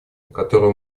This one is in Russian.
которую